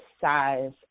size